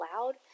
loud